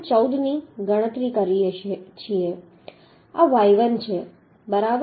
14 ની ગણતરી કરી શકીએ આ y1 છે બરાબર